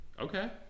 Okay